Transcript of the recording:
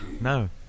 No